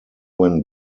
when